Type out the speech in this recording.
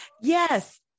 Yes